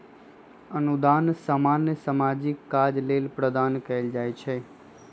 अनुदान सामान्य सामाजिक काज लेल प्रदान कएल जाइ छइ